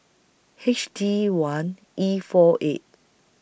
H D one E four eight